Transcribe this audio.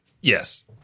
Yes